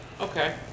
okay